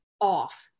off